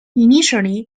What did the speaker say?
initially